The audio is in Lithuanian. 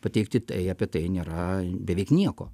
pateikti tai apie tai nėra beveik nieko